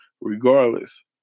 regardless